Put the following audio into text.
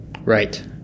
Right